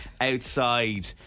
outside